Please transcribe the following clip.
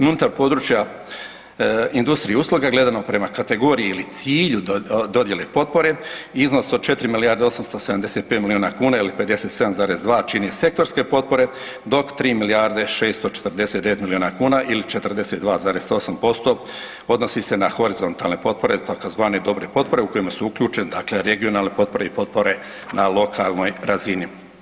Unutar područja industrije i usluga gledano prema kategoriji ili cilju dodjele potpore iznos od 4 milijarde i 875 milijuna kuna ili 57,2 čine sektorske potpore dok 3 milijarde 649 milijuna kuna ili 42,8 posto odnosi se na horizontalne potpore tzv. dobre potpore u kojima su uključene regionalne potpore i potpore na lokalnoj razini.